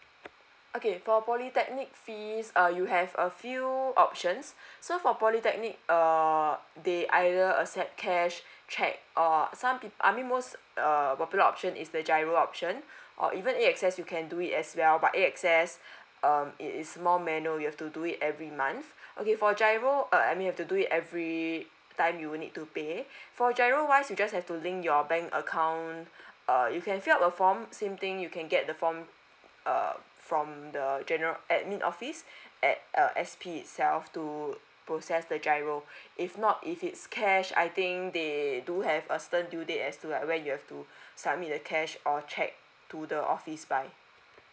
okay for polytechnic fees uh you have a few options so for polytechnic uh they either accept cash cheque or some people I mean most err popular option is the GIRO option or even e access you can do it as well but e access um it is more manual you have to do it every month okay for GIRO uh I mean you have to do it every time you will need to pay for GIRO wise you just have to link your bank account uh you can fill up a form same thing you can get the form uh from the general admin office at uh S_P itself to process the GIRO if not if it's cash I think they do have a stern due date as to like when you have to submit the cash or cheque to the office by